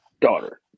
daughter